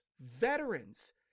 veterans